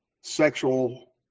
sexual